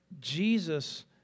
Jesus